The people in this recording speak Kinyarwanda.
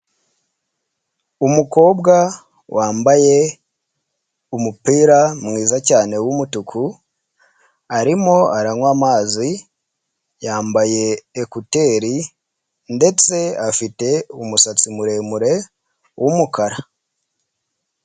Umukobwa wambaye umupira mwiza cyane w'umutuku, arimo aranywa amazi yambaye ekuteri ndetse afite umusatsi muremure w'umukara.